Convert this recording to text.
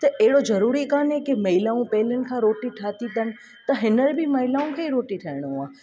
त अहिड़ो ज़रूरी कोन्हे की महिलाऊं पहिलनि खां रोटी ठातियूं अथनि त हींअर बि महिलाऊं खे ई रोटी ठाहिणी आहे